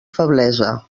feblesa